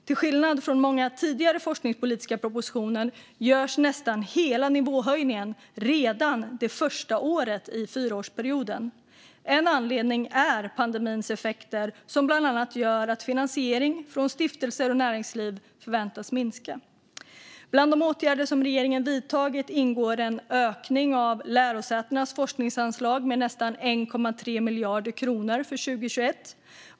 Till skillnad från många tidigare forskningspolitiska propositioner görs nästan hela nivåhöjningen redan det första året i fyraårsperioden. En anledning är pandemins effekter, som bland annat gör att finansiering från stiftelser och näringsliv förväntas minska. Bland de åtgärder som regeringen vidtagit ingår en ökning av lärosätenas forskningsanslag med nästan 1,3 miljarder kronor för 2021.